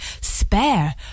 Spare